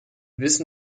wissen